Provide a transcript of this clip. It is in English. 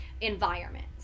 environment